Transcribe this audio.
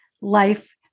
life